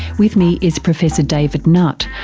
with me is professor david nutt,